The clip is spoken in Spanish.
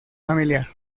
familiar